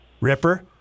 Ripper